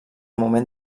moment